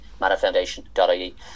matterfoundation.ie